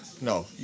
no